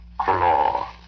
Claw